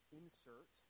insert